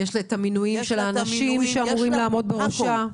יש לה את המינויים שאמורים לעמוד בראשה,